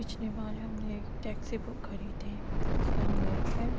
پچھلی بار ہم نے ایک ٹیکسی بک کری تھی اس میں ہم گئے تھے